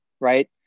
right